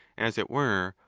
as it were,